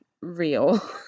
real